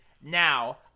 Now